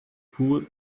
poured